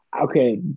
okay